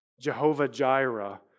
Jehovah-Jireh